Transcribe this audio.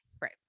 Right